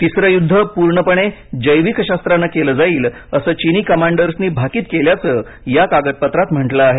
तिसरे युद्ध पूर्णपणे जैविक शस्त्राने केले जाईल अस चिनी कमांडर्सनी भाकीत केल्याचं या कागदपत्रात म्हटलं आहे